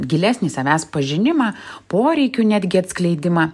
gilesnį savęs pažinimą poreikių netgi atskleidimą